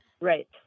Right